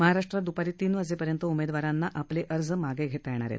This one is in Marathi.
महाराष्ट्रात दुपारी तीन वाजेपर्यंत उमेदवारांना आपले अर्ज मागे घेता येतील